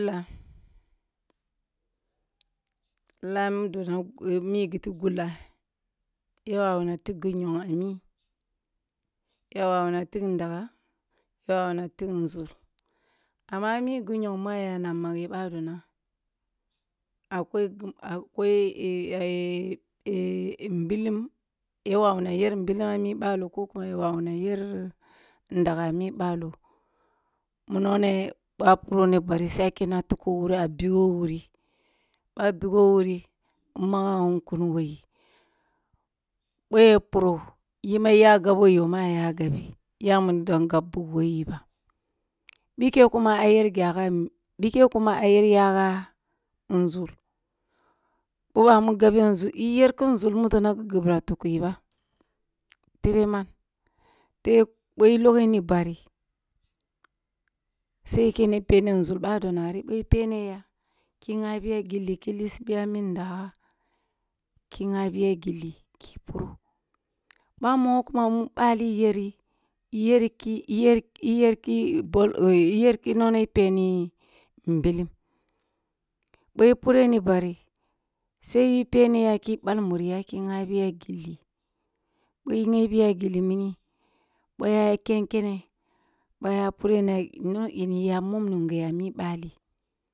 La, la mudo mi giti gulla ya wawu na tigh gi nyogho a mi, ya wawuna tigh ndaga, ya wawuna tigh nzur, amma a m gun yogh mu yana manghe badoh na akwai mbilim, ya wawu na yel mbilim a mi balo ko kuma ya wawuna ndaga a mi balo, ku ma nono boh puro ni baris ai a kene tihjo wuri duwo wuro, boh a dugho wuri in mmagha kun who yi boh ya puro yi ma ya gabyo yo ma aya gabyi inya wuni din gabbugha who yi ba bikem kuma a yar gyaga bikem kuma ayar yagha nzur, boh bamu gaabe a nzur njer kun nzur mudo na ki gibira tukku yi ba tebeh man? Tebeh boh iloghe ni baris ai ikene peni nzur badoh na ri peneya ki nghabiya givi, ki lissi minda yagh, ki nghabi ya gilli ki puro boh mogho kuma mun bali yeri iyere ki iyer ki bol iyere ki nono peni mbilim boh ipureh ni baris ai ipen ya ki bal muriya ki ngha biya gilli, boh i nghebiya gilli mini boh a ya ken kene boh a ya pureh na na iya mom nunghe a mi bali.